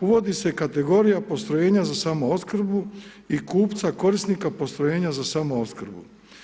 Uvodi se kategorija postrojenja za samoopskrbu i kupca korisnika postrojenja za samoopskrbu.